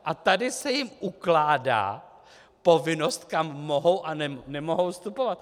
A tady se jim ukládá povinnost, kam mohou a nemohou vstupovat.